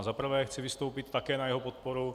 Za prvé chci vystoupit také na jeho podporu.